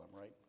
right